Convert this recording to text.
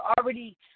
already